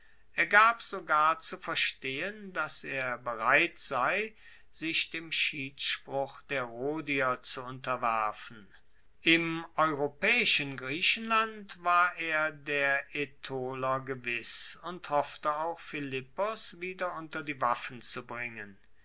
er gab sogar zu verstehen dass er bereit sei sich dem schiedsspruch der rhodier zu unterwerfen im europaeischen griechenland war er der aetoler gewiss und hoffte auch philippos wieder unter die waffen zu bringen